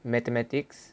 mathematics